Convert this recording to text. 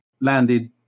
landed